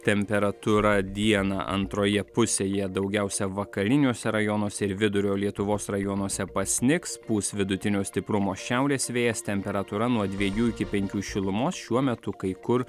temperatūra dieną antroje pusėje daugiausia vakariniuose rajonuose ir vidurio lietuvos rajonuose pasnigs pūs vidutinio stiprumo šiaurės vėjas temperatūra nuo dvejų iki penkių šilumos šiuo metu kai kur